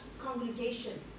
congregation